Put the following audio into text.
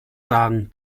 sagen